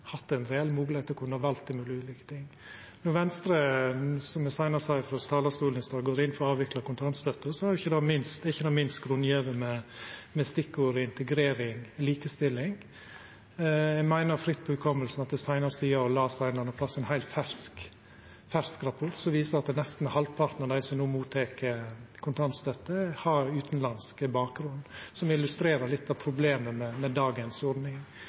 reell moglegheit til å kunne velja mellom ulike ting. Når Venstre, som eg sa seinast frå talarstolen i stad, går inn for å avvikla kontantstøtta, er det ikkje minst grunngjeve med stikkorda integrering og likestilling. Eg meiner, fritt etter hugsen, at eg seinast i går las ein eller annan plass om ein heilt fersk rapport som viser at nesten halvparten av dei som no tek imot kontantstøtte, har utanlandsk bakgrunn. Det illustrerer litt av problemet med dagens